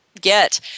get